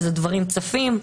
אז הדברים צפים.